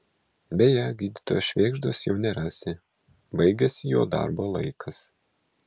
beje gydytojo švėgždos jau nerasi baigėsi jo darbo laikas